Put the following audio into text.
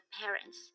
parents